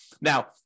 Now